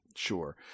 Sure